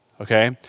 okay